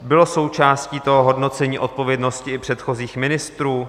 Bylo součástí toho hodnocení odpovědnosti i předchozích ministrů?